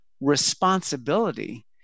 responsibility